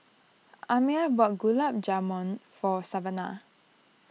Amiah bought Gulab Jamun for Savana